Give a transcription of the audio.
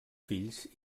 fills